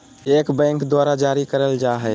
cheque bank द्वारा जारी करल जाय हय